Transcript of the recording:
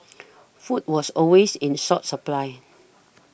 food was always in short supply